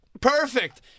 Perfect